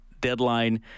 deadline